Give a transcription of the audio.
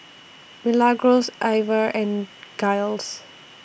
Milagros Iver and Giles